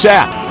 app